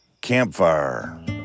Campfire